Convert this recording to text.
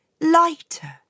lighter